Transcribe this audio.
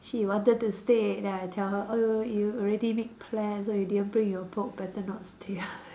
she wanted to stay then I tell her oh you already made plans and you didn't bring your book better not stay